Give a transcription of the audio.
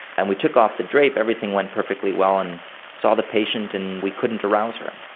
and we took off the drape, everything went perfectly well and saw the patient and we couldn't arouse her.